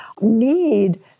need